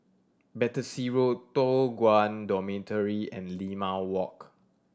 Battersea Road Toh Guan Dormitory and Limau Walk